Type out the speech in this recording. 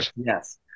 Yes